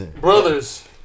brothers